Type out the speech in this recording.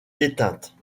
éteintes